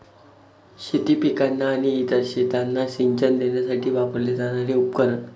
शेती पिकांना आणि इतर शेतांना सिंचन देण्यासाठी वापरले जाणारे उपकरण